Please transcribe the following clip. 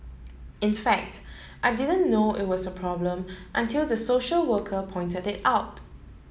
in fact I didn't know it was a problem until the social worker pointed it out